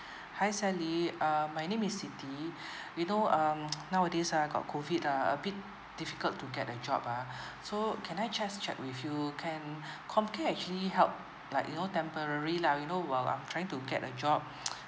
hi sally uh my name is siti you know um nowadays uh got COVID uh a bit difficult to get a job uh so can I just check with you can comcare actually help like you know temporary lah you know while I'm trying to get a job